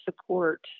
support